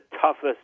toughest